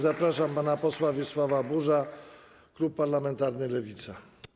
Zapraszam pana posła Wiesława Buża, klub parlamentarny Lewica.